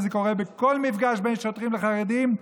וזה קורה בכל מפגש בין שוטרים לחרדים,